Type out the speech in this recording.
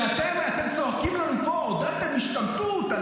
כשאתם צועקים לנו פה "עודדתם השתמטות",